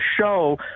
show